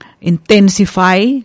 intensify